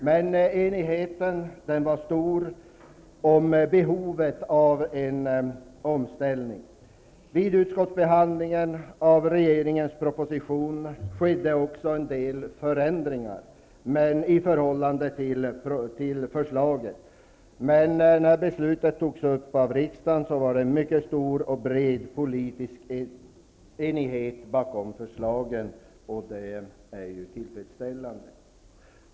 Men enigheten var stor om behovet av en omställning. Vid utskottsbehandlingen av regeringens proposition skedde också en del förändringar i förhållande till förslaget, men när beslutet fattades av riksdagen var det mycket stor och bred politisk enighet bakom förslagen, och det är ju tillfredsställande.